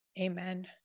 Amen